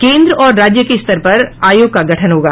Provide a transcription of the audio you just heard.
केन्द्र और राज्य के स्तर पर आयोग का गठन होगा